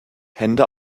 hände